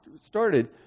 started